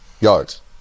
yards